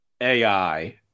AI